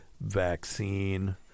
vaccine